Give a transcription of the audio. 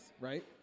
right